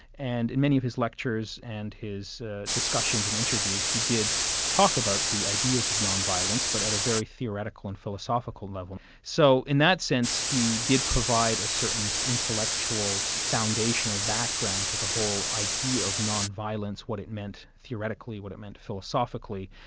and in many of his lectures and his discussions and interviews, he did talk about the ideas of non-violence, but at a very theoretical and philosophical level. so in that sense, he did provide a certain intellectual foundation or background to the whole idea of non-violence what it means theoretically, what it means philosophically.